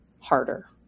harder